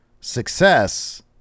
success